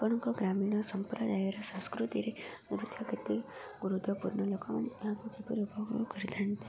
ଆପଣଙ୍କ ଗ୍ରାମୀଣ ସମ୍ପ୍ରଦାୟର ସଂସ୍କୃତିରେ ନୃତ୍ୟ କେତେ ଗୁରୁତ୍ୱପୂର୍ଣ୍ଣ ଲୋକମାନେ ଏହାକୁ କିପରି ଉପଭୋଗ କରିଥାନ୍ତି